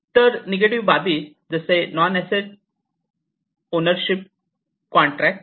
तर निगेटिव्ह बाबी जसे non ownership contract performance contract